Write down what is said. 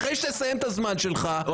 אחר שתסיים את הזמן שלך, היא תענה לך.